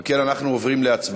אם כן, אנחנו עוברים להצבעה